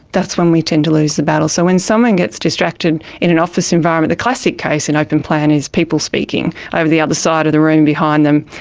that's when we tend to lose the battle. so when someone gets distracted in an office environment, the classic case in open plan is people speaking over the other side of the room, behind them,